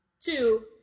Two